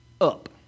up